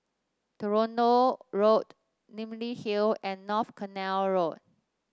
Toronto Road Namly Hill and North Canal Road